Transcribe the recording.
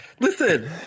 Listen